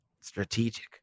Strategic